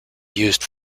used